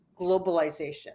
globalization